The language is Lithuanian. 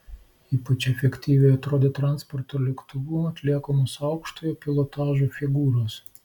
ypač efektyviai atrodė transporto lėktuvu atliekamos aukštojo pilotažo figūros